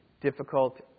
Difficult